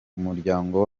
umuryango